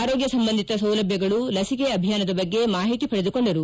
ಆರೋಗ್ಯ ಸಂಬಂಧಿತ ಸೌಲಭ್ಯಗಳು ಲಸಿಕೆ ಅಭಿಯಾನದ ಬಗ್ಗೆ ಮಾಹಿತಿ ಪಡೆದುಕೊಂಡರು